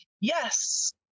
yes